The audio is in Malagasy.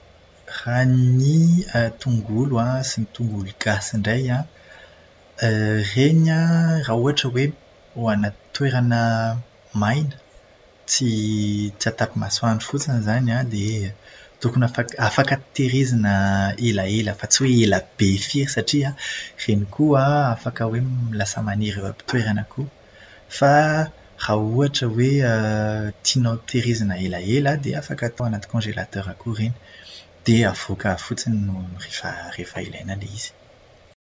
Raha ny tongolo an, sy ny tongolo gasy indray an, ireny an raha ohatra hoe ho ana toerana maina, tsy tsy atapy masoandro fotsiny izany dia tokony afaka- afaka tahirizina elaela fa tsy hoe ela be firy satria, ireny koa an, afaka hoe m- lasa maniry eo am-pitoerana koa. Fa raha ohatra hoe tianao tahirizina elaela dia afaka atao anaty "congélateur" koa ireny. Dia avoaka fotsiny rehefa rehefa ilaina ilay izy.